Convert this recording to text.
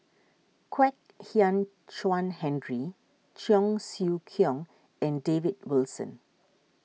Kwek Hian Chuan Henry Cheong Siew Keong and David Wilson